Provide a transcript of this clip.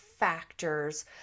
factors